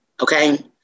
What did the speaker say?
okay